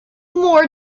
more